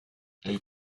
elles